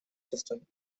system